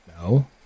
No